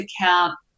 account